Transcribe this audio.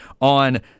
on